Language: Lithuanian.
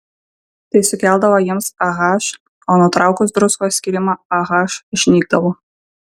tai sukeldavo jiems ah o nutraukus druskos skyrimą ah išnykdavo